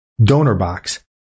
DonorBox